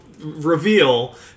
Reveal